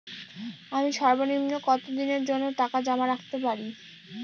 আমি সর্বনিম্ন কতদিনের জন্য টাকা জমা রাখতে পারি?